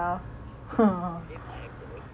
!walao!